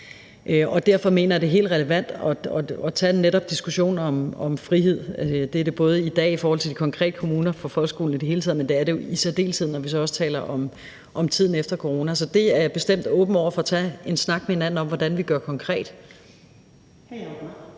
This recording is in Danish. Derfor mener jeg, at det er helt relevant netop at tage en diskussion om frihed. Altså, det er det både i dag i forhold til de konkrete kommuner og for folkeskolen i det hele taget, men det er det jo i særdeleshed også, når vi så taler om tiden efter corona. Så det er jeg bestemt åben over for at tage en snak med hinanden om hvordan vi gør konkret.